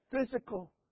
physical